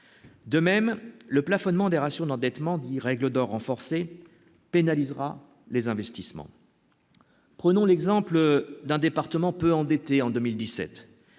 De même, le plafonnement des ratios d'endettement dit règle d'or renforcée pénalisera les investissements, prenons l'exemple d'un département peu endettés en 2017